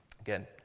Again